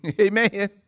Amen